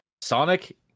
Sonic